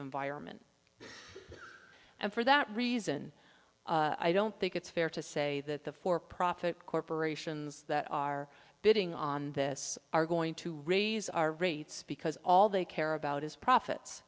environment and for that reason i don't think it's fair to say that the for profit corporations that are bidding on this are going to raise our rates because all they care about is profits